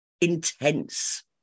intense